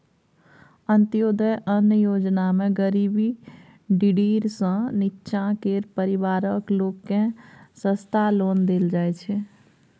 अंत्योदय अन्न योजनामे गरीबी डिडीर सँ नीच्चाँ केर परिबारक लोककेँ सस्ता ओन देल जाइ छै